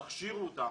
תכשירו אותם,